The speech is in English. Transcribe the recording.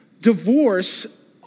divorce